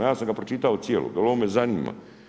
Ja sam ga pročitao cijeloga, jer ovo me zanima.